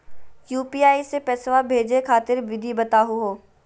UPI स पैसा भेजै खातिर विधि बताहु हो?